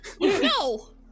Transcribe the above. no